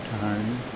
time